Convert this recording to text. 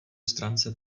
stran